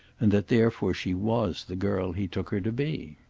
and that therefore she was the girl he took her to be.